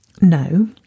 no